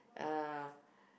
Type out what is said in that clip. uh